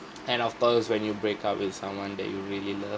and of course when you break-up with someone that you really love